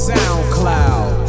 SoundCloud